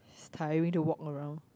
it's tiring to walk around